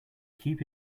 keep